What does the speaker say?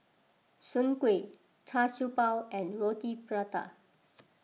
Soon Kueh Char Siew Bao and Roti Prata